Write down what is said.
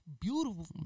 beautiful